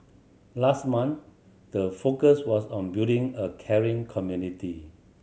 last month the focus was on building a caring community